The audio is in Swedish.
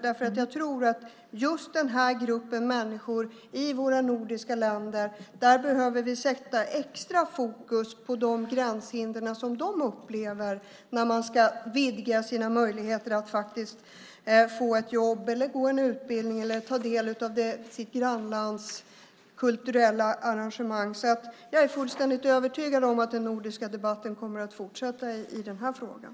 Jag tror att just när det gäller den här gruppen människor i våra nordiska länder behöver vi sätta extra fokus på de gränshinder som de upplever när de ska vidga sina möjligheter att få ett jobb, gå en utbildning eller ta del av ett grannlands kulturella arrangemang. Jag är fullständigt övertygad om att den nordiska debatten kommer att fortsätta i den här frågan.